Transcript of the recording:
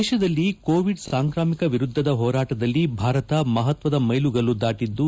ದೇಶದಲ್ಲಿ ಕೋವಿಡ್ ಸಾಂಕ್ರಾಮಿಕ ವಿರುದ್ದದ ಹೋರಾಟದಲ್ಲಿ ಭಾರತ ಮಪತ್ತದ ಮೈಲುಗಲ್ಲು ದಾಟದ್ಲು